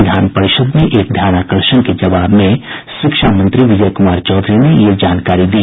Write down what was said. विधान परिषद् में एक ध्यानाकर्षण के जवाब में शिक्षा मंत्री विजय कुमार चौधरी ने यह जानकारी दी